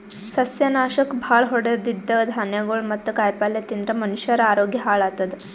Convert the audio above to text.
ಸಸ್ಯನಾಶಕ್ ಭಾಳ್ ಹೊಡದಿದ್ದ್ ಧಾನ್ಯಗೊಳ್ ಮತ್ತ್ ಕಾಯಿಪಲ್ಯ ತಿಂದ್ರ್ ಮನಷ್ಯರ ಆರೋಗ್ಯ ಹಾಳತದ್